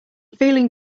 feeling